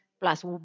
plus